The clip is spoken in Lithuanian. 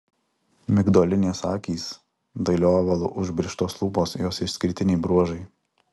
migdolinės akys dailiu ovalu užbrėžtos lūpos jos išskirtiniai bruožai